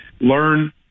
learn